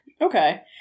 Okay